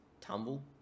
tumble